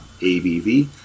ABV